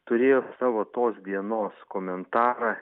turėjo savo tos dienos komentarą